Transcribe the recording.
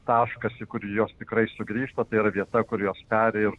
taškas į kurį jos tikrai sugrįžta tai yra vieta kur jos peri ir